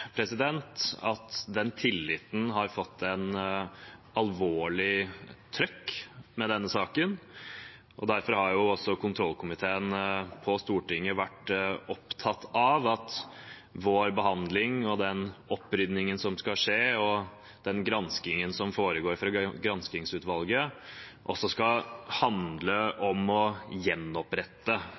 klart at den tilliten har fått seg en alvorlig trøkk med denne saken. Derfor har også kontrollkomiteen på Stortinget vært opptatt av at vår behandling, den opprydningen som skal skje, og den granskingen som foregår fra granskingsutvalgets side, også skal handle om å gjenopprette